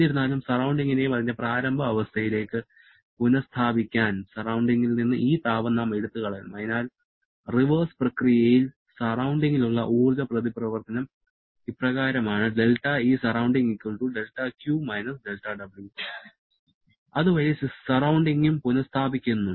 എന്നിരുന്നാലും സറൌണ്ടിങ്ങിനെയും അതിന്റെ പ്രാരംഭ അവസ്ഥയിലേക്ക് പുനസ്ഥാപിക്കാൻ സറൌണ്ടിങ്ങിൽ നിന്ന് ഈ താപം നാം എടുത്തുകളയണം അതിനാൽ റിവേഴ്സ് പ്രക്രിയയിൽ സറൌണ്ടിങ്ങിലുള്ള ഊർജ്ജ പ്രതിപ്രവർത്തനം അതുവഴി സറൌണ്ടിങ്ങും പുനസ്ഥാപിക്കുന്നു